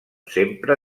sempre